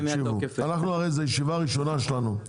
זו ישיבה ראשונה שלנו.